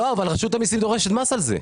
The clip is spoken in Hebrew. אבל רשות המיסים דורשת על זה מס.